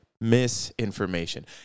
misinformation